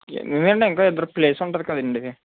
ఎందుకండీ ఇంకొక ఇద్దరికి ప్లేస్ ఉంటుంది కదండీ